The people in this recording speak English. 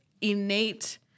innate